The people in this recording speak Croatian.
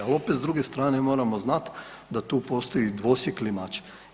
Ali opet sa druge strane moramo znati da tu postoji dvosjekli mač.